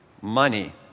money